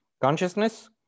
Consciousness